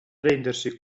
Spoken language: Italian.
rendersi